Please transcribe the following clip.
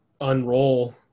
unroll